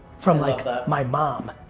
from like my mom,